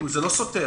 זה לא סותר.